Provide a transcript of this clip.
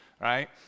right